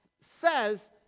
says